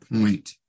point